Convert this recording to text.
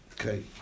Okay